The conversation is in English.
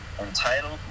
entitled